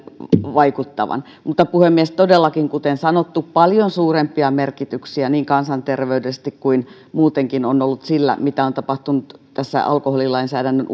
vaikuttavan puhemies todellakin kuten sanottu paljon suurempia merkityksiä niin kansanterveydellisesti kuin muutenkin on ollut sillä mitä on tapahtunut tässä alkoholilainsäädännön